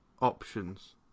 options